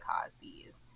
Cosby's